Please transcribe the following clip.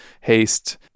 Haste